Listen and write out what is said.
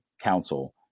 council